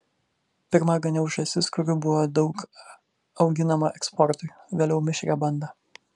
pirma ganiau žąsis kurių buvo daug auginama eksportui vėliau mišrią bandą